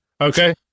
Okay